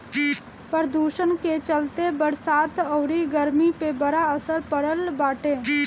प्रदुषण के चलते बरसात अउरी गरमी पे बड़ा असर पड़ल बाटे